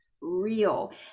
real